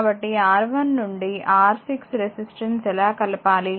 కాబట్టి R1 నుండి R6 resistance ఎలా కలపాలి